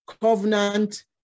covenant